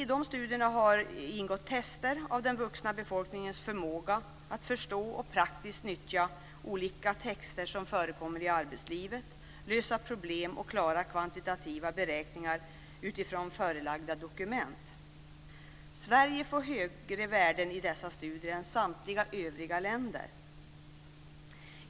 I de studierna har ingått tester av den vuxna befolkningens förmåga att förstå och praktiskt nyttja olika texter som förekommer i arbetslivet, lösa problem och klara kvantitativa beräkningar utifrån förelagda dokument. Sverige får högre värden i dessa studier än samtliga övriga länder.